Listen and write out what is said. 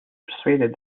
persuaded